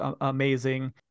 amazing